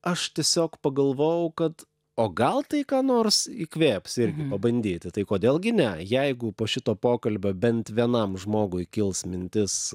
aš tiesiog pagalvojau kad o gal tai ką nors įkvėps irgi pabandyti tai kodėl gi ne jeigu po šito pokalbio bent vienam žmogui kils mintis